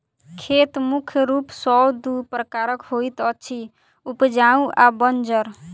खेत मुख्य रूप सॅ दू प्रकारक होइत अछि, उपजाउ आ बंजर